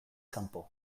kanpo